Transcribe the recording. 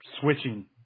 switching